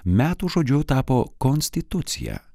metų žodžiu tapo konstitucija